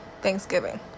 Thanksgiving